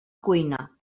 cuina